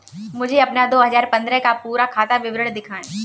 मुझे अपना दो हजार पन्द्रह का पूरा खाता विवरण दिखाएँ?